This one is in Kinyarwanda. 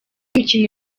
mikino